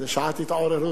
זאת שעת התעוררות.